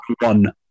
one